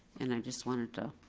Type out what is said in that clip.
and i just wanted to